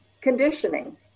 conditioning